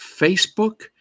Facebook